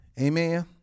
amen